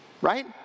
right